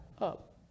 up